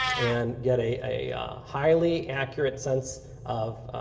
and get a a highly accurate sense of